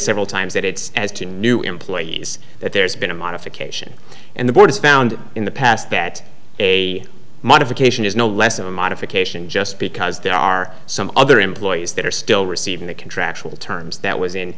several times that its new employees that there's been a modification and the board is found in the past that a modification is no less a modification just because there are some other employees that are still receiving the contractual terms that w